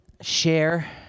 share